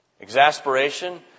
exasperation